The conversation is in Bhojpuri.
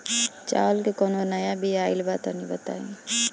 चावल के कउनो नया बिया आइल बा तनि बताइ?